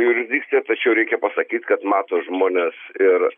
jurisdikcija tačiau reikia pasakyt kad mato žmonės ir